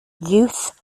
youth